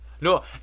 No